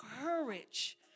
courage